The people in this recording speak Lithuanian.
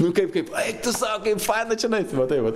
nu kaip kaip eik tu sau kaip faina čionai tai va taip va